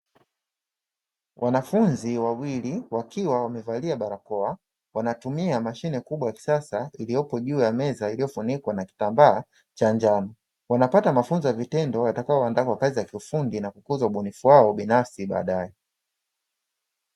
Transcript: Wanafunzi wawili wakiwa wamevalia barakoa wanatumia mashine kubwa ya kisasa iliyopo juu ya meza iliyofunikwa kwa kitambaa cha njano, wanapata mafunzo ya vitendo itakayowaandaa kwa kazi ya kiufundi na kukuza ubunifu wao binafsi badae.